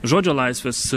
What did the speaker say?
žodžio laisvės